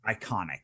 iconic